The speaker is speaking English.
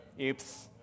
Oops